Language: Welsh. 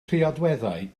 priodweddau